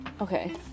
Okay